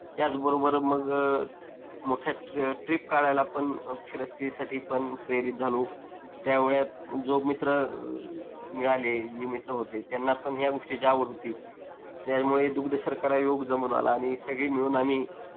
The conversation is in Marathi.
त्याचबरोबर मग मोठ्या ट ट्रीप काढायला पण फिरस्तीसाठी पण प्रेरित झालो त्या वेळात जो मित्र मिळाले जे मित्र होते त्यांना पण ह्या गोष्टीची आवड होती त्यामुळे दुग्धशर्करायोग जमून आला आणि सगळी मिळून आम्ही